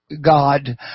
God